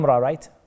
right